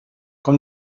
com